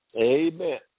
Amen